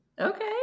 Okay